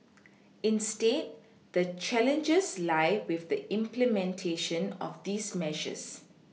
instead the challenges lie with the implementation of these measures